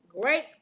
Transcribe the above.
great